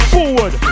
Forward